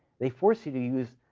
they force you to use,